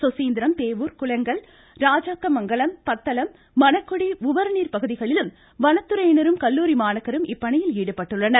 சுசீந்திரம் தேரூர் குளங்கள் ராஜாக்கமங்கலம் புத்தளம் மணக்குடி உவர் நீர் பகுதிகளிலும் வனத்துறையினரும் கல்லுாரி மாணாக்கரும் இப்பணியில் ஈடுபட்டுள்ளனர்